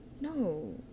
no